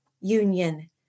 union